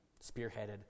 spearheaded